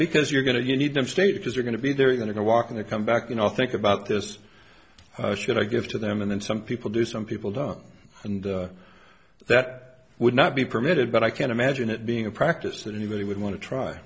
because you're going to you need them stay because you're going to be they're going to walk in a come back you know think about this should i give to them and then some people do some people down and that would not be permitted but i can't imagine it being a practice that anybody would want to try